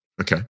Okay